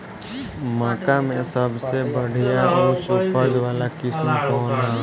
मक्का में सबसे बढ़िया उच्च उपज वाला किस्म कौन ह?